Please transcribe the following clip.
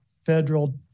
Federal